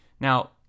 Now